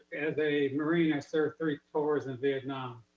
as a marine, i served three tours in vietnam.